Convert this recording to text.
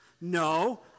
No